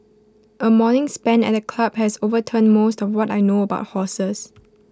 A morning spent at the club has overturned most of what I know about horses